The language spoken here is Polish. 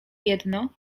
jedno